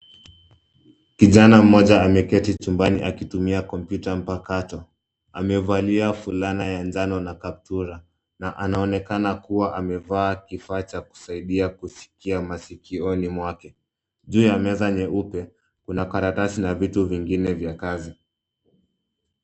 Kijana mmoja ameketi chumbani akitumia kompyuta mpakato. Amevalia fulana ya njano na kaptura na anaonekana kuwa amevaa kifaa cha kusaidia kusikia masikioni mwake. Juu ya meza nyeupe kuna karatasi na vitu vingine vya kazi.